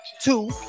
two